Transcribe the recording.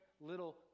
little